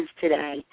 today